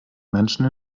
menschen